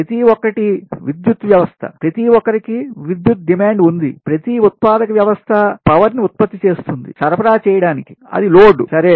ప్రతి ఒక్కటి విద్యుత్ వ్యవస్థ ప్రతి ఒక్కరికి విద్యుత్ డిమాండ్ ఉంది ప్రతి ఉత్పాదక వ్యవస్థ పవర్ ని ఉత్పత్తి చేస్తుంది సరఫరా చేయడానికి అది లోడ్ సరే